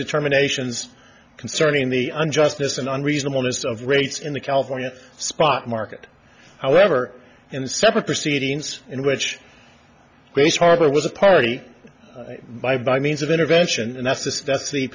determinations concerning the unjustness an unreasonable missed of rates in the california spot market however in separate proceedings in which grace harbor was a party by by means of intervention and that's the that's the